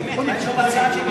אין תשובה על